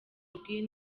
indwi